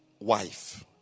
wife